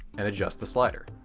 and adjust the slider.